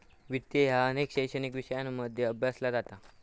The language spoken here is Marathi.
वित्त ह्या अनेक शैक्षणिक विषयांमध्ये अभ्यासला जाता